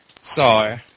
Sorry